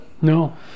No